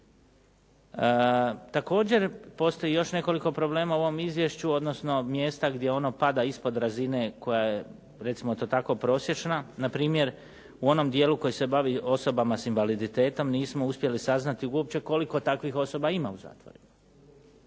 Također, postoji još nekoliko problema u ovom izvješću odnosno mjesta gdje ono pada ispod razine koja je recimo to tako prosječna. Na primjer, u onom dijelu koji se bavi osobama s invaliditetom nismo uspjeli saznali uopće koliko takvih osoba ima u zatvorima.